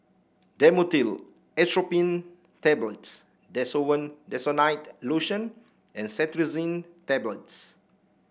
Dhamotil Atropine Tablets Desowen Desonide Lotion and Cetirizine Tablets